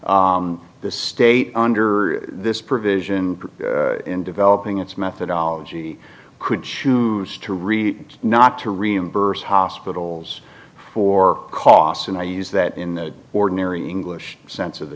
the state under this provision in developing its methodology could choose to read not to reimburse hospitals for costs and i use that in the ordinary english sense of the